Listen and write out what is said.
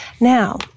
Now